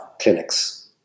clinics